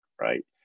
Right